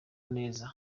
neza